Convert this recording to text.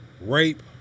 rape